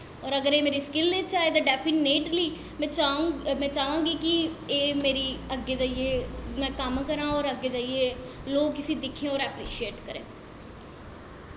होर अगर एह् मेरे स्किल च आए ते डैफिनेटली में चाह्ङ कि एह् मेरी अग्गें जाइयै कम्म करां होर अग्गें जाइयै लोग इस्सी दिक्खन होर ऐप्रिशेट करै